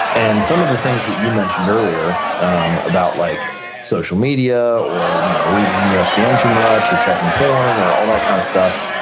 and some of the things that you mentioned earlier um about like social media or you know reading yeah espn too much or checking porn or all that kind of stuff,